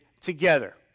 together